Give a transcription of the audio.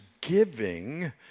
giving